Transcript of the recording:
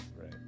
Right